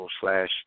slash